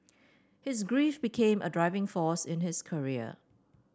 his grief became a driving force in his career